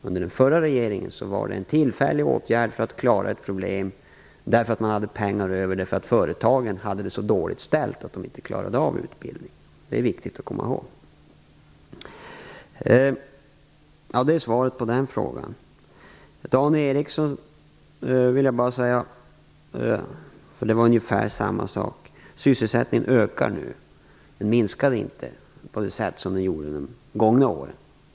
Under den förra regeringen var det en tillfällig åtgärd för att klara ett problem. Man hade pengar över eftersom företagen hade det så dåligt ställt att de inte klarade av utbildningen. Det är viktigt att komma ihåg. Det är svaret på den frågan. Till Dan Ericsson vill jag säga ungefär samma sak. Sysselsättningen ökar nu, den minskar inte på det sätt som den gjorde under de gångna åren.